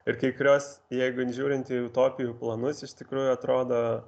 ir kai kurios jeigu žiūrint į utopijų planus iš tikrųjų atrodo